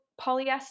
polyester